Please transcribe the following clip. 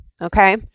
Okay